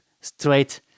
straight